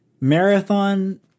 Marathon